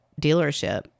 dealership